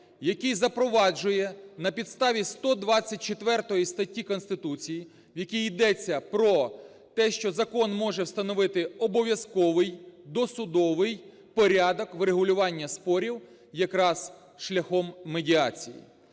який запроваджує на підставі 124 статті Конституції, в якій йдеться про те, що закон може встановити обов'язковий, досудовий порядок врегулювання спорів якраз шляхом медіації.